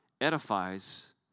edifies